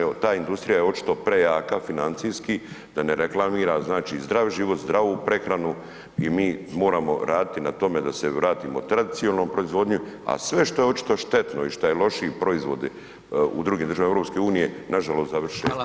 Evo, ta industrija je očito prejaka financijski, da ne reklamira znači zdravi život, zdravu prehranu i mi moramo raditi na tome da se vratimo tradicionalnoj proizvodnji, a sve što je očito štetno i šta je lošiji proizvodi u drugim državama EU nažalost završe u Hrvatskoj.